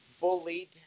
bullied